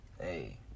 Hey